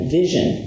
vision